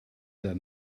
der